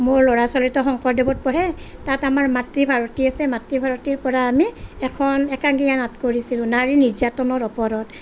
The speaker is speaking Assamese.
মোৰ ল'ৰা ছোৱালী দুটা শংকৰদেৱত পঢ়ে তাত আমাৰ মাতৃ ভাৰতী আছে মাতৃ ভাৰতীৰ পৰা আমি এখন একাংকিকা নাট কৰিছিলোঁ নাৰী নিৰ্যাতনৰ ওপৰত